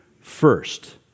first